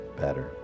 better